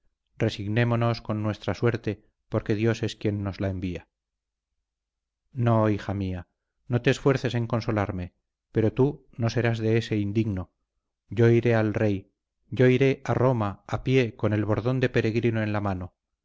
resignémonos con nuestra suerte porque dios es quien nos la envía no hija mía no te esfuerces en consolarme pero tú no serás de ese indigno yo iré al rey yo iré a roma a pie con el bordón de peregrino en la mano